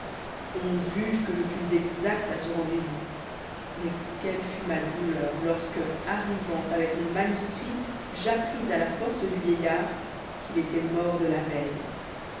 on juge que je fus exact à ce rendez-vous mais quelle fut ma douleur lorsque arrivant avec mon manuscrit j'appris à la porte du vieillard qu'il étoit mort de la veille